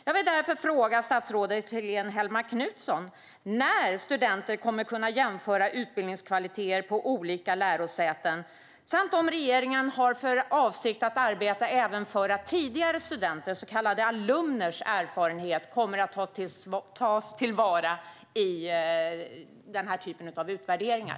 Jag vill därför fråga statsrådet Helene Hellmark Knutsson när studenter kommer att kunna jämföra utbildningskvaliteter på olika lärosäten samt om regeringen har för avsikt att arbeta även för att tidigare studenters, så kallade alumner, erfarenheter kommer att tas till vara i den här typen av utvärderingar.